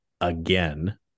again